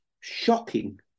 shocking